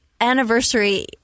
anniversary